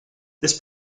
this